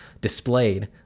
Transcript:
displayed